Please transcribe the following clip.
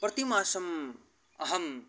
प्रतिमासम् अहं